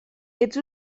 ets